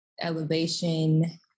elevation